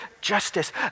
justice